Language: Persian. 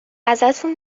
ازتون